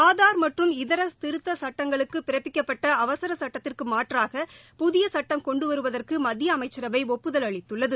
ஆதார் மற்றும் இதர திருத்த சட்டங்களுக்கு பிறப்பிக்கப்பட்ட அவசர சட்டத்திற்கு மாற்றாக புதிய சட்டம் கொண்டு வருவதற்கு மத்திய அமைச்சரவை ஒப்புதல் அளித்துள்ளது